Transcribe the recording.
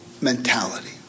mentality